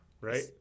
right